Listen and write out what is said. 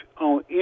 on